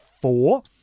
four